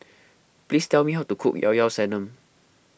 please tell me how to cook Ilao Ilao Sanum